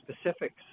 specifics